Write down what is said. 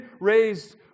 raised